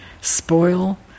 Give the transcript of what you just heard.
spoil